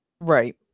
Right